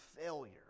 failure